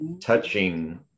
touching